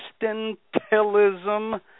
existentialism